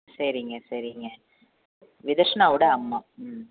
சரிங்க சரிங்க விதர்ஷ்னாவோடய அம்மா ம்